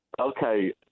Okay